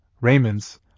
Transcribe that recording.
Raymond's